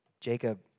Jacob